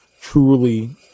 truly